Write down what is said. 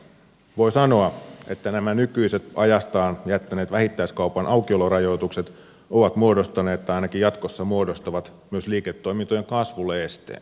voi sanoa että nämä nykyiset ajastaan jääneet vähittäiskaupan aukiolorajoitukset ovat muodostaneet tai ainakin jatkossa muodostavat myös liiketoimintojen kasvulle esteen